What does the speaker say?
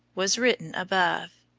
was written above.